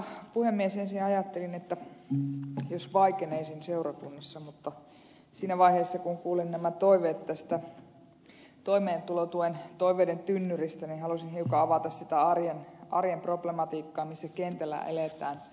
ensin ajattelin että jos vaikeneisin seurakunnassa mutta siinä vaiheessa kun kuulin nämä toiveet tästä toimeentulotuen toiveiden tynnyristä niin halusin hiukan avata sitä arjen problematiikkaa missä kentällä eletään